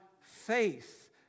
faith